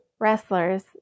wrestlers